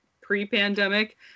pre-pandemic